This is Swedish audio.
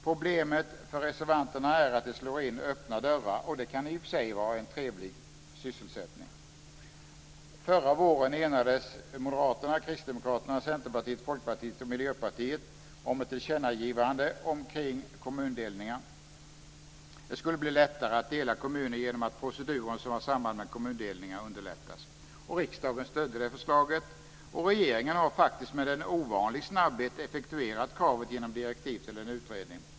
Problemet för reservanterna är att de slår in öppna dörrar, och det kan ju i sig vara en trevlig sysselsättning. Förra våren enades Moderaterna, Kristdemokraterna, Centerpartiet, Folkpartiet och Miljöpartiet om ett tillkännagivande omkring kommundelningar. Det skulle bli lättare att dela kommuner genom att proceduren som har samband med kommundelningar underlättas. Riksdagen stödde förslaget. Och regeringen har faktiskt med ovanlig snabbhet effektuerat kravet genom direktiv till en utredning.